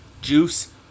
Juice